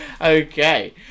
Okay